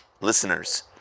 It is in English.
listeners